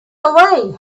away